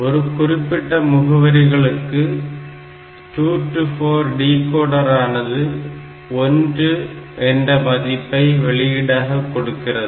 ஒரு குறிப்பிட்ட முகவரிகளுக்கு 2 to 4 டிகோடரானது 1 என்ற மதிப்பை வெளியீடாக கொடுக்கிறது